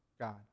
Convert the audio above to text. God